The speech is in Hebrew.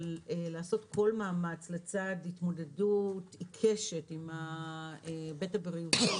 לעשות כל מאמץ לצד התמודדות עיקשת עם ההיבט הבריאותי,